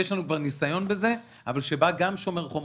יש לנו כבר ניסיון בזה אבל כשבא גם "שומר החומות"